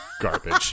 garbage